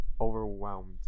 overwhelmed